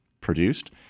produced